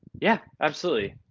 yeah, absolutely.